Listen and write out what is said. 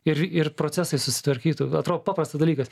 ir ir procesai susitvarkytų atro paprastas dalykas